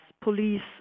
police